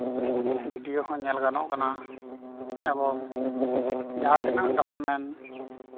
video ᱦᱚᱸ ᱧᱮᱞ ᱜᱟᱱᱚᱜ ᱠᱟᱱᱟ ᱮᱵᱚᱝ ᱡᱟᱦᱟᱸ ᱛᱤᱱᱟᱹᱜ ᱰᱚᱠᱚᱢᱮᱱᱴ